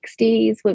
60s